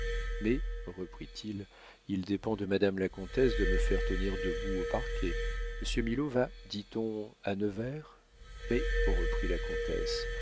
mais reprit-il il dépend de madame la comtesse de me faire tenir debout au parquet monsieur milaud va dit-on à nevers mais reprit la comtesse